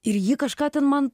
ir ji kažką ten man